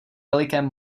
velikém